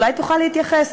אולי תוכל להתייחס,